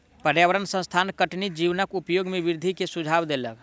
पर्यावरण संस्थान कठिनी जीवक उपयोग में वृद्धि के सुझाव देलक